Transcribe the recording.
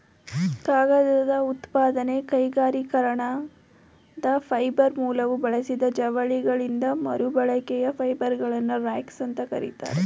ಕಾಗದ ಉತ್ಪಾದನೆ ಕೈಗಾರಿಕೀಕರಣದ ಫೈಬರ್ ಮೂಲವು ಬಳಸಿದ ಜವಳಿಗಳಿಂದ ಮರುಬಳಕೆಯ ಫೈಬರ್ಗಳನ್ನು ರಾಗ್ಸ್ ಅಂತ ಕರೀತಾರೆ